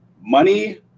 money